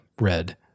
red